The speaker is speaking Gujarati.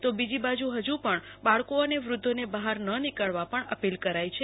તો બીજી બાજુ હજુ પણ બાળિકો એને વૃધ્ધોને બહાર ન નીકળવા પણ અપીલ કરાઈ છે